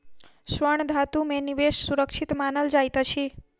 स्वर्ण धातु में निवेश सुरक्षित मानल जाइत अछि